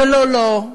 ולא, לא,